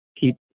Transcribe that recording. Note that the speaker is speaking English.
keep